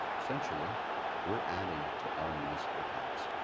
essentially we're adding to our municipal tax.